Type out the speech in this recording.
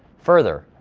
further,